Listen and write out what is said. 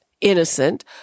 innocent